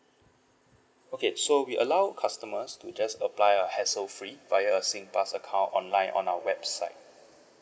okay so we allow customers to just apply a hassle free via a singpass account online on our website